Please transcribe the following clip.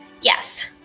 Yes